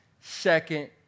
second